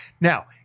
Now